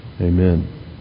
Amen